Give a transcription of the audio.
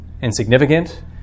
insignificant